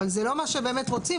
אבל זה לא מה שבאמת רוצים,